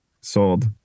Sold